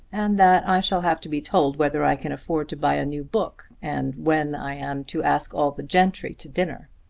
and that i shall have to be told whether i can afford to buy a new book, and when i am to ask all the gentry to dinner.